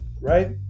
right